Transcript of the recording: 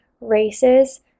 races